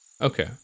Okay